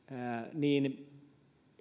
niin